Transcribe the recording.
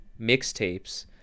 mixtapes